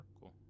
cool